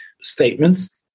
statements